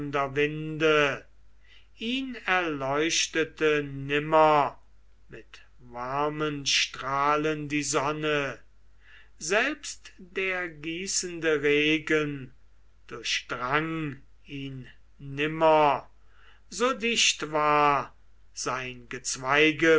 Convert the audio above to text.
ihn erleuchtete nimmer mit warmen strahlen die sonne selbst der gießende regen durchdrang ihn nimmer so dicht war sein